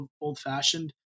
old-fashioned